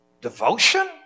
Devotion